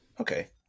okay